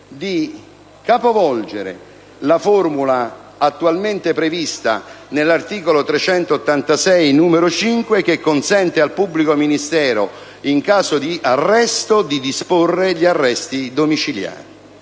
- capovolgere la formula attualmente prevista nell'articolo 386, comma 5, che consente al pubblico ministero in caso di arresto di disporre gli arresti domiciliari: